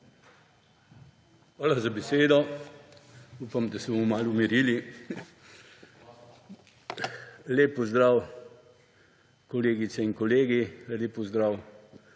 Hvala za besedo. Upam, da se bomo malo umirili. Lep pozdrav kolegice in kolegi! Lep pozdrav